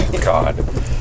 God